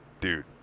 dude